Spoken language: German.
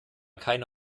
keine